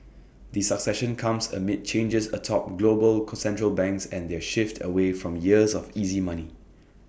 the succession comes amid changes atop global central banks and their shift away from years of easy money